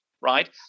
right